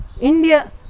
india